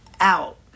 out